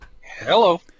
Hello